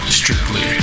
strictly